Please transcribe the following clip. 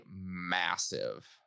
massive